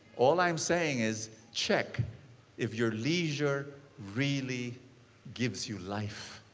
all i'm saying is check if your leisure really gives you life.